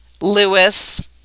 Lewis